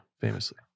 famously